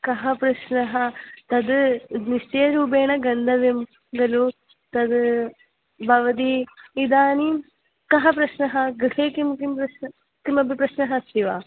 कः प्रश्नः तद् निश्चयरूपेण गन्तव्यं खलु तद् भवती इदानीं कः प्रश्नः गृहे किं किं प्रश्नः किमपि प्रश्नः अस्ति वा